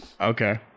Okay